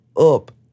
up